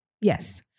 yes